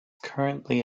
currently